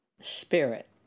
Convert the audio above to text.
spirit